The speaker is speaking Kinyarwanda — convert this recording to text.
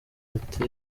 bati